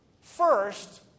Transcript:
first